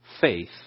faith